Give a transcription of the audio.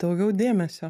daugiau dėmesio